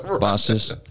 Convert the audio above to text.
bosses